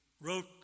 wrote